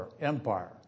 Empire